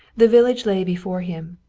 the village lay before him,